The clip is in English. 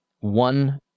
one